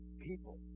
People